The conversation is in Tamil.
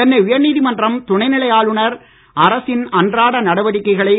சென்னை உயர்நீதிமன்றம் துணைநிலை ஆளுநர் அரசின் அன்றாட நடவடிக்கைகளை